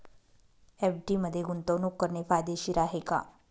FD मध्ये गुंतवणूक करणे फायदेशीर आहे का?